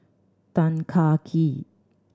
Tan Kah Kee